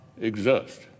exist